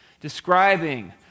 describing